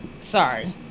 Sorry